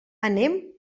anem